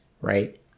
right